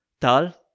Tal